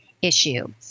Issue